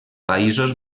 països